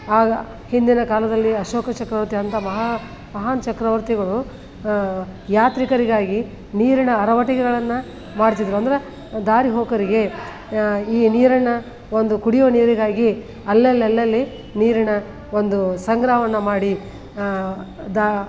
ಆಗ ಹಿಂದಿನ ಕಾಲದಲ್ಲಿ ಅಶೋಕ ಚಕ್ರವರ್ತಿಯಂಥ ಮಹಾ ಮಹಾನ್ ಚಕ್ರವರ್ತಿಗಳು ಯಾತ್ರಿಕರಿಗಾಗಿ ನೀರಿನ ಅರವಟ್ಟಿಕೆಗಳನ್ನು ಮಾಡ್ತಿದ್ದರು ಅಂದ್ರೆ ದಾರಿಹೋಕರಿಗೆ ಈ ನೀರನ್ನು ಒಂದು ಕುಡಿಯುವ ನೀರಿಗಾಗಿ ಅಲ್ಲಲ್ಲಿ ಅಲ್ಲಲ್ಲಿ ನೀರಿನ ಒಂದು ಸಂಗ್ರಹವನ್ನು ಮಾಡಿ ದಾ